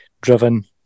driven